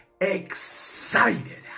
excited